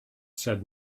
said